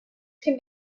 can